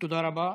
תודה רבה.